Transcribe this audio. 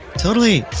totally.